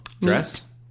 Dress